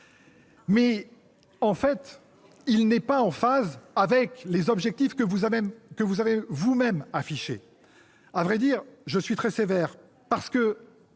? Non, mais il n'est pas en phase avec les objectifs que vous avez vous-même affichés. À vrai dire je suis très sévère, parce que